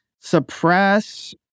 suppress